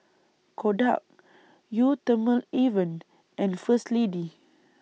Kodak Eau Thermale Avene and First Lady